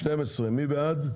סעיף 11. מי בעד?